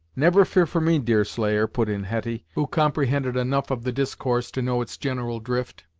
never fear for me, deerslayer, put in hetty, who comprehended enough of the discourse to know its general drift,